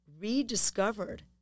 rediscovered